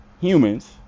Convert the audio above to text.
humans